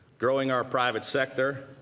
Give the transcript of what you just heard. growing our private sector,